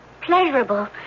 pleasurable